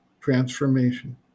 Transformation